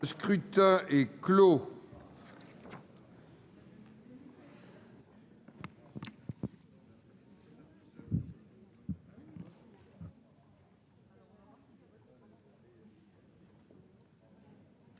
scrutin est clos.